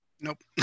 Nope